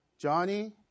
Johnny